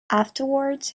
afterwards